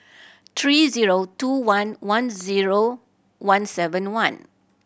three zero two one one zero one seven one